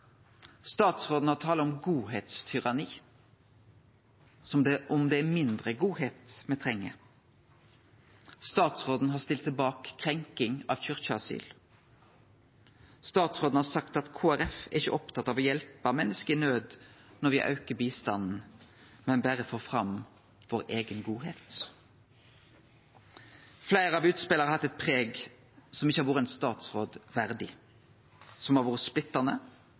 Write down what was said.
Statsråden har tala om «godhetstyranniet» som om det er mindre godheit me treng. Statsråden har stilt seg bak krenking av kyrkjeasyl. Statsråden har sagt at Kristeleg Folkeparti ikkje er opptatt av å hjelpe menneske i naud når me aukar bistanden, men berre vil få fram vår eiga godheit. Fleire av utspela har hatt eit preg som ikkje har vore ein statsråd verdig, som har vore splittande,